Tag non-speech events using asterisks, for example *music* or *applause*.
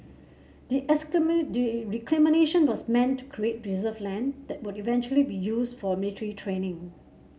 the *unintelligible* the reclamation was meant to create reserve land that would eventually be used for military training